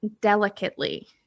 delicately